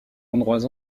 endroits